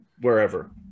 wherever